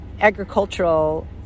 agricultural